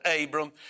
Abram